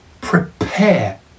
prepare